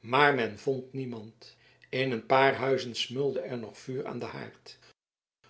maar men vond niemand in een paar huizen smeulde er nog vuur aan den haard